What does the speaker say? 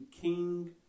king